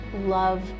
love